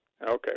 Okay